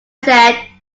said